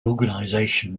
organization